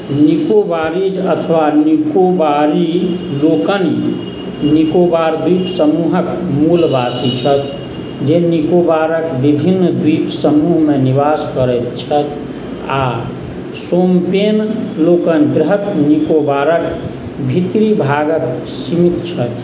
Nicobarese अथवा निकोबारी लोकनि निकोबार द्वीप समूहक मूलवासी छथि जे निकोबारके विभिन्न द्वीप समूहमे निवास करैत छथि आ शोम्पेन लोकनि वृहद निकोबारके भीतरी भागके सीमित छथि